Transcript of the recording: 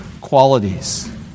qualities